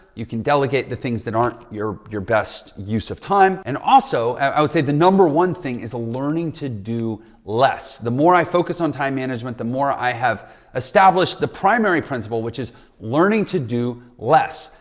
you can delegate the things that aren't your your best use of time and also ah i would say the number one thing is a learning to do less. the more i focus on time management, the more i have established the primary principle which is learning to do less.